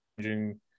changing